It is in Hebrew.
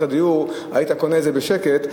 הדיור היו מתקבלות היית קונה את זה בשקט.